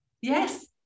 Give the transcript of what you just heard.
Yes